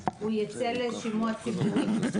ייצא לשימוע ציבורי.